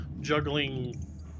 juggling